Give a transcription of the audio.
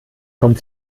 kommt